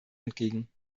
entgegen